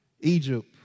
Egypt